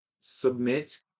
Submit